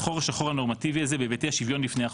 חור שחור נורמטיבי זה בהיבטי השוויון בפני החוק?